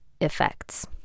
effects